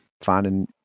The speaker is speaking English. finding